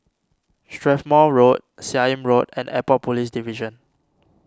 Strathmore Road Seah Im Road and Airport Police Division